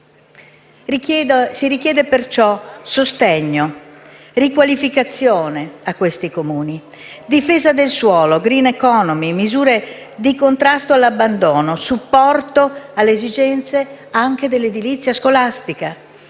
Si richiedono, perciò, sostegno e riqualificazione per questi Comuni: difesa del suolo, *green economy*, misure di contrasto all'abbandono e supporto alle esigenze anche dell'edilizia scolastica.